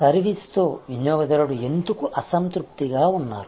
service తో వినియోగదారుడు ఎందుకు అసంతృప్తిగా ఉన్నారు